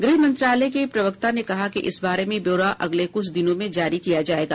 गृह मंत्रालय के प्रवक्ता नेकहा कि इस बारे में ब्यौरा अगले कुछ दिनों में जारी किया जाएगा